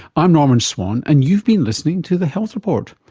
i'm norman swan and you've been listening to the health report.